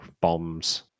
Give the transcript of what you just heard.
bombs